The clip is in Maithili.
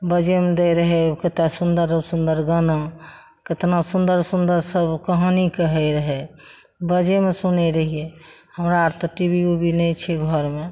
बाजामे दै रहय केतना सुन्दर सुन्दर गाना केतना सुन्दर सुन्दर सब कहानी कहय रहय बाजेमे सुनय रहियै हमरा अर तऽ टी वी उबी नहि छै घरमे